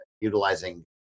utilizing